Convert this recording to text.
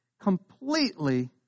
completely